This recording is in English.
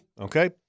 Okay